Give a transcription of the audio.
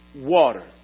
water